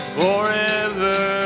forever